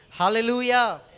Hallelujah